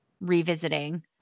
revisiting